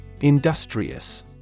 Industrious